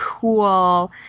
cool